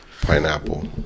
Pineapple